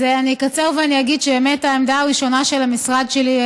אז אני אקצר ואני אגיד שבאמת העמדה הראשונה של המשרד שלי,